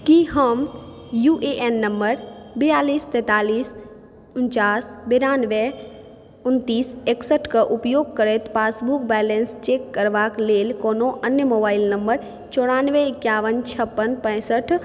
कि हम U A N number बियालिस तेन्तालिस उनचास बेरानबे उनतीस एकसठि के उपयोग करैत पासबुक बैलेंस चेक करबाक लेल कोनो अन्य मोबाइल नम्बर चौरानबे एककबन छप्पन पैंसठि